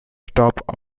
stop